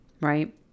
right